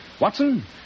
Watson